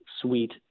suite